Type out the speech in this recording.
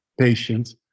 patient